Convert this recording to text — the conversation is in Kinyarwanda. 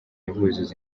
buzuza